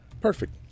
perfect